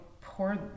poor